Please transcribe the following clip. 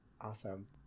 Awesome